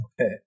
Okay